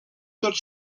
tot